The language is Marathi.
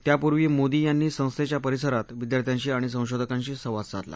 त्यापूर्वी मोदी यांनी संस्थेच्या परिसरात विद्यार्थ्याशी आणि संशोधकांशी संवाद साधला